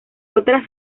otra